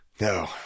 No